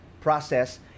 process